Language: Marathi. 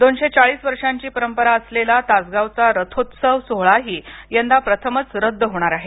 दोनशे चाळीस वर्षाची परंपरा असलेला तासगावचा रथोत्सव सोहळाही यंदा प्रथमच रद्द होणार आहे